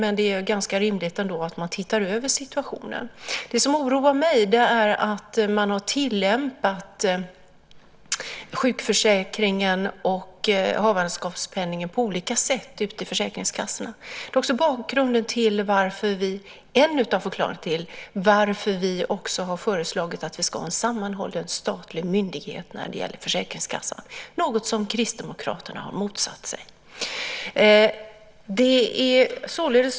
Då är det rimligt att man tittar över situationen. Det som oroar mig är att man har tillämpat sjukförsäkringen och havandeskapspenningen på olika sätt ute i försäkringskassorna. Det är också en av förklaringarna till att vi har föreslagit en sammanhållen statlig myndighet för försäkringskassan, något som Kristdemokraterna har motsatt sig.